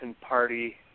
party